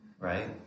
right